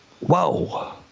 whoa